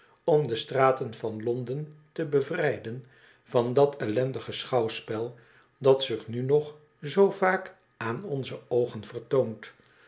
om de straten van londen te bevrijden van dat ellendige schouwspel dat zich nu nog zoo vaak aan onze oogen